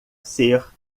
ser